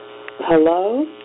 hello